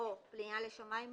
או פנייה לשמאי מכריע,